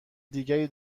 دیگری